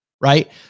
Right